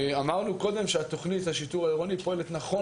אמרנו קודם שתוכנית השיטור העירוני פועלת נכון